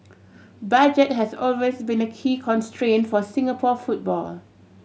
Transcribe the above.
budget has always been a key constraint for Singapore football